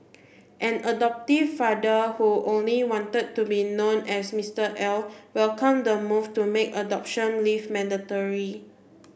an adoptive father who only wanted to be known as Mister L welcomed the move to make adoption leave mandatory